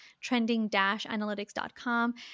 trending-analytics.com